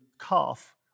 calf